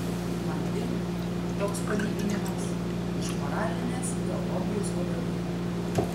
man dingt toks palyginimas iš moralinės teologijos vadovėlių